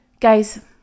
Guys